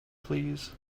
please